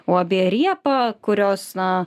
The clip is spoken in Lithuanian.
uab riepa kurios na